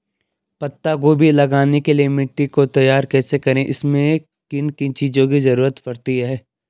पत्ता गोभी लगाने के लिए मिट्टी को तैयार कैसे करें इसमें किन किन चीज़ों की जरूरत पड़ती है?